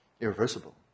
irreversible